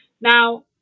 Now